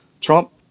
Trump